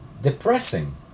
depressing